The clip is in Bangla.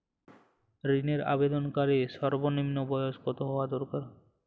ঋণের আবেদনকারী সর্বনিন্ম বয়স কতো হওয়া দরকার?